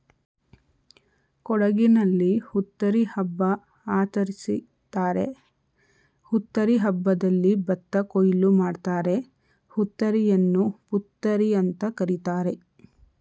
ಕೊಡಗಿನಲ್ಲಿ ಹುತ್ತರಿ ಹಬ್ಬ ಆಚರಿಸ್ತಾರೆ ಹುತ್ತರಿ ಹಬ್ಬದಲ್ಲಿ ಭತ್ತ ಕೊಯ್ಲು ಮಾಡ್ತಾರೆ ಹುತ್ತರಿಯನ್ನು ಪುತ್ತರಿಅಂತ ಕರೀತಾರೆ